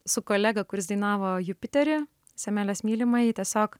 su kolega kuris dainavo jupiterį semelės mylimąjį tiesiog